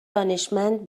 دانشمند